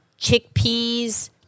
chickpeas